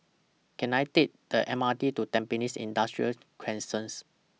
Can I Take The M R T to Tampines Industrial Crescent